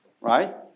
right